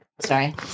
Sorry